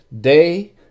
day